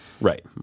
Right